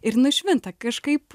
ir nušvinta kažkaip